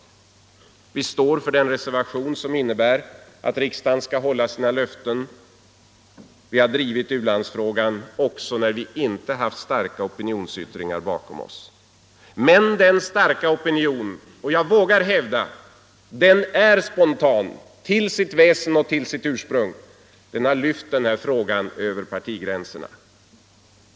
Vi står för den reservation som innebär att riksdagen skall hålla sina löften. Vi har drivit u-landsfrågan också när vi inte haft starka opinionsyttringar bakom oss. Men den starka opinionen —- och jag vågar säga att den är spontan till sitt väsen och ursprung — har lyft denna fråga över partigränserna.